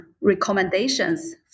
recommendations